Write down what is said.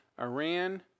Iran